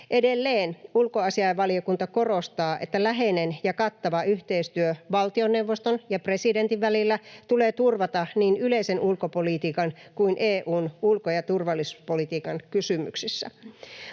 Edelleen ulkoasiainvaliokunta korostaa, että läheinen ja kattava yhteistyö valtioneuvoston ja presidentin välillä tulee turvata niin yleisen ulkopolitiikan kuin EU:n ulko- ja turvallisuuspolitiikan kysymyksissä.